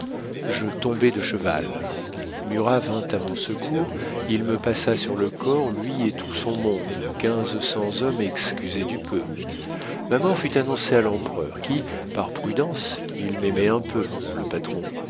je tombai de cheval murat vint à mon secours il me passa sur le corps lui et tout son monde quinze cents hommes excusez du peu ma mort fut annoncée à l'empereur qui par prudence il m'aimait un peu le patron